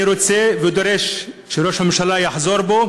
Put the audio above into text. אני רוצה ודורש שראש הממשלה יחזור בו,